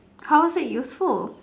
how is it useful